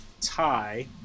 tie